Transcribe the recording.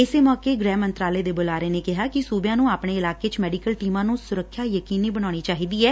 ਇਸ ਮੌਕੇ ਗ੍ਹਿ ਮੰਤਰਾਲੇ ਦੇ ਬੁਲਾਰੇ ਨੇ ਕਿਹਾ ਕਿ ਸੂਬਿਆਂ ਨੂੰ ਆਪਣੇ ਇਲਾਕੇ 'ਚ ਮੈਡੀਕਲ ਟੀਮਾਂ ਨੂੰ ਸੁਰੱਖਿਆ ਯਕੀਨੀ ਬਣਾਉਣੀ ਚਾਹੀਦੀ ਏ